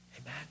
Amen